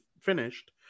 finished